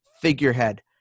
figurehead